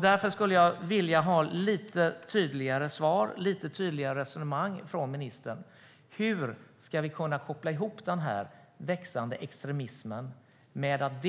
Därför skulle jag vilja ha lite tydligare svar, lite tydligare resonemang från ministern om hur vi ska kunna koppla ihop den här växande extremismen med att